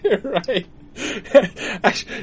Right